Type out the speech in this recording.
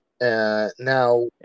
Now